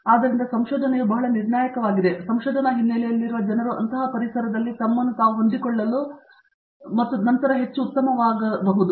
ಮೂರ್ತಿ ಆದ್ದರಿಂದ ಸಂಶೋಧನೆಯು ಬಹಳ ನಿರ್ಣಾಯಕವಾಗಿದೆ ಮತ್ತು ಸಂಶೋಧನಾ ಹಿನ್ನೆಲೆಯಲ್ಲಿರುವ ಜನರು ಅಂತಹ ಪರಿಸರದಲ್ಲಿ ತಮ್ಮನ್ನು ತಾವು ಹೊಂದಿಕೊಳ್ಳಲು ಮತ್ತು ನಂತರ ಹೆಚ್ಚು ಉತ್ತಮವಾಗಬಲ್ಲರು